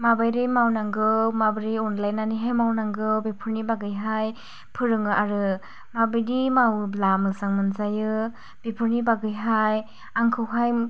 माबोरै मावनांगौ माबोरै अनलायनानैहाय मावनांगौ बेफोरनि बागैहाय फोरोङो आरो माबादि मावोब्ला मोजां मोनजायो बेफोरनि बागैहाय आंखौहाय